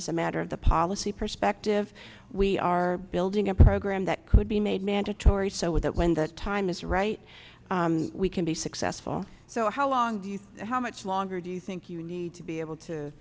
as a matter of the policy perspective we are building a program that could be made mandatory so with that when the time is right we can be successful so how long do you how much longer do you think you need to be able to